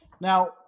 Now